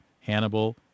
hannibal